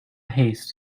haste